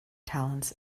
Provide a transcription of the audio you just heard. talents